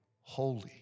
holy